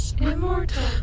Immortal